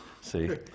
see